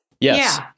Yes